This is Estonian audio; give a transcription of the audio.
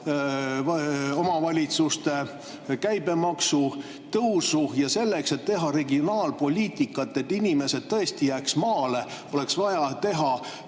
seoses] käibemaksu tõusuga. Selleks, et teha regionaalpoliitikat, et inimesed tõesti jääks maale, oleks vaja